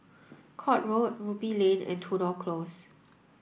Court Road Ruby Lane and Tudor Close